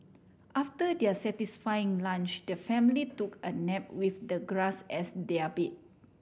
after their satisfying lunch the family took a nap with the grass as their bed